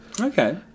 Okay